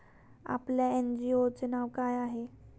आपल्या एन.जी.ओ चे नाव काय आहे?